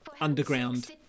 underground